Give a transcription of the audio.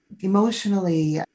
emotionally